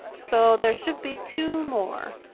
so there should be two more.